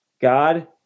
God